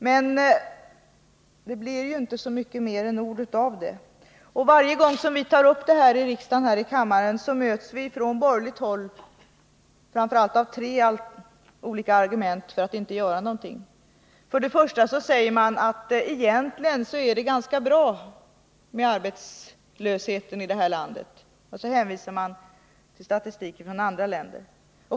Men det blir inte så mycket mer än ord av det. Och varje gång vi tar upp det här i riksdagen möts vi från borgerligt håll av framför allt tre olika argument för att ingenting skall göras. För det första säger man att situationen när det gäller arbetslösheten egentligen är ganska bra i det här landet, och så hänvisar man till statistik från andra länder.